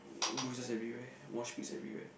bruises everywhere mosh pits everywhere